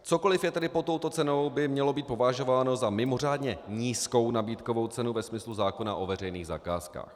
Cokoliv je tedy pod touto cenou, by mělo být považováno za mimořádně nízkou nabídkovou cenu ve smyslu zákona o veřejných zakázkách.